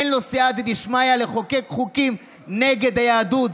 אין לו סייעתא דשמיא לחוקק חוקים נגד היהדות,